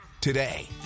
today